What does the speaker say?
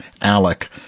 ALEC